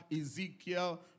Ezekiel